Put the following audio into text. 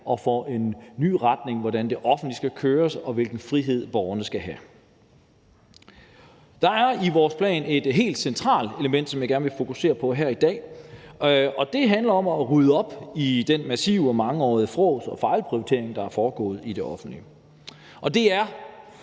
og for en ny retning for, hvordan det offentlige skal køres, og hvilken frihed borgerne skal have. Der er i vores plan et helt centralt element, som jeg gerne vil fokusere på her i dag, og det handler om at rydde op i det massive og mangeårige frås og den fejlprioritering, der er foregået i det offentlige. Det er